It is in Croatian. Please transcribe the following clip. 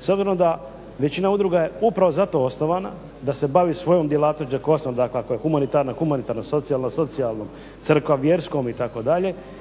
S obzirom da većina udruga je upravo zato osnovana da se bavi svojom djelatnošću, … dakle ako je humanitarna, humanitarnom, ako je socijalna, socijalnom, crkva vjerskom, itd., dakle